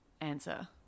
answer